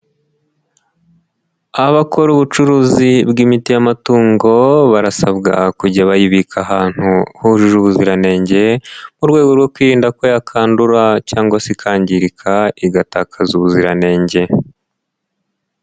Abakora ubucuruzi bw'imiti y'amatungo barasabwa kujya bayibika ahantu hujuje ubuziranenge mu rwego rwo kwirinda ko yakandura cyangwa se ikangirika igatakaza ubuziranenge.